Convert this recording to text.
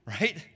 right